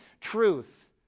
truth